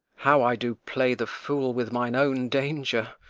how i do play the fool with mine own danger!